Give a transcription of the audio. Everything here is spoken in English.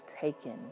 taken